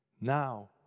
Now